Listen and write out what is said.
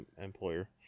employer